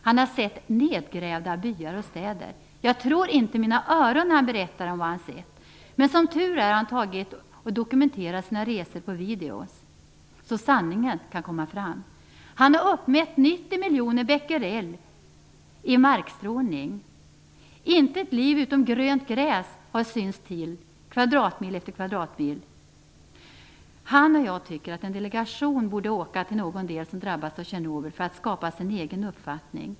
Han har sett nedgrävda byar och städer. Jag tror inte mina öron när han berättar vad han har sett. Men som tur är har han dokumenterat sina resor på videor, så sanningen kan komma fram. Han har uppmätt 90 miljoner becquerel i markstrålning. Intet liv utom grönt gräs har synts till kvadratmil efter kvadratmil. Erik Gunnar Eriksson och jag tycker att en delegation borde åka till någon av de delar som drabbats av Tjernobyl för att skapa sig en egen uppfattning.